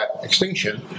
extinction